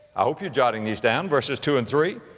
i hope you're jotting these down, verses two and three,